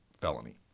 felony